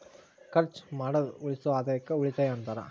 ಖರ್ಚ್ ಮಾಡ್ದ ಉಳಿಸೋ ಆದಾಯಕ್ಕ ಉಳಿತಾಯ ಅಂತಾರ